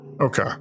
Okay